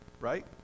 right